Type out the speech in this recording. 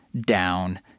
down